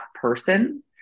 person